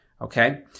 okay